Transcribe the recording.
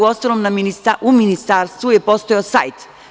Uostalom, u ministarstvu je postojao sajt.